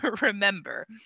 remember